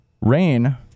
rain